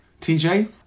TJ